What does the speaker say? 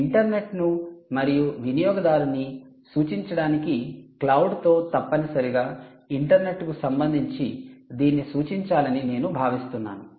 కాబట్టి ఇంటర్నెట్ను మరియు వినియోగదారుని సూచించడానికి క్లౌడ్తో తప్పనిసరిగా ఇంటర్నెట్కు సంబంధించి దీన్ని సూచించాలని నేను భావిస్తున్నాను